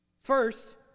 First